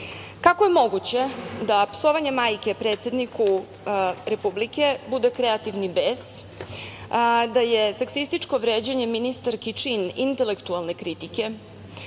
je moguće da psovanje majke predsedniku Republike bude kreativni bes, da je seksističko vređanje ministarki čin intelektualne kritike,